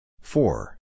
Four